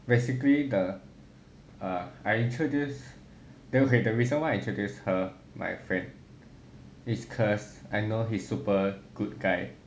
basically the err I introduced okay the reason why I introduced her my friend is cause I know he's super good guy